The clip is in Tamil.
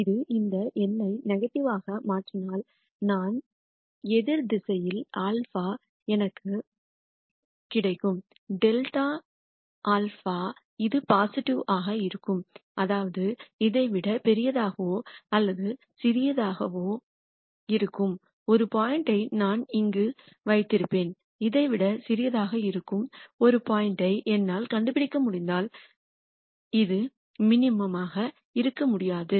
இது இந்த எண்ணை நெகட்டிவாக ஆக மாற்றினால் நான் எதிர் திசையில் சென்றால் α எனக்கு கிடைக்கும் ∇ α இது பாசிட்டிவ் ஆக இருக்கும் அதாவது இதை விட பெரியதாகவோ அல்லது இதைவிட சிறியதாகவோ இருக்கும் ஒரு பாயிண்ட் யை நான் இங்கு வைத்திருப்பேன் இதை விட சிறியதாக இருக்கும் ஒரு பாயிண்ட் யை என்னால் கண்டுபிடிக்க முடிந்தால் இது மினிமமாக இருக்க முடியாது